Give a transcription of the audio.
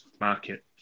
market